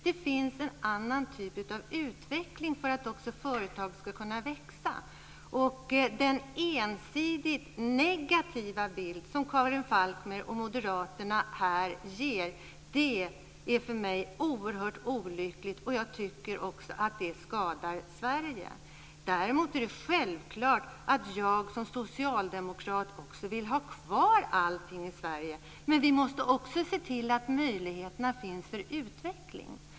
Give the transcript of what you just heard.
Det finns en annan typ av utveckling för att företag ska kunna växa. Den ensidigt negativa bild som Karin Falkmer och moderaterna här ger är för mig oerhört olyckligt. Jag tycker också att det skadar Sverige. Däremot är det självklart att jag som socialdemokrat vill ha kvar allting i Sverige. Men vi måste också se till att möjligheterna finns för utveckling.